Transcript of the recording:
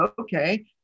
Okay